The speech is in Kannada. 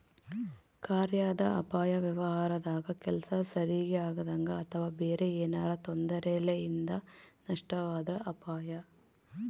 ಕಾರ್ಯಾದ ಅಪಾಯ ವ್ಯವಹಾರದಾಗ ಕೆಲ್ಸ ಸರಿಗಿ ಆಗದಂಗ ಅಥವಾ ಬೇರೆ ಏನಾರಾ ತೊಂದರೆಲಿಂದ ನಷ್ಟವಾದ್ರ ಅಪಾಯ